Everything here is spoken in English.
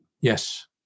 Yes